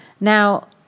Now